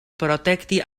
protekti